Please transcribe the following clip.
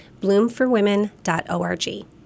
bloomforwomen.org